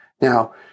Now